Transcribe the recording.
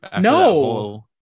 No